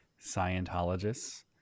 Scientologists